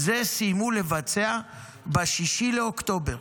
סיימו לבצע ב-6 באוקטובר